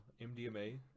mdma